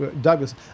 Douglas